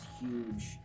huge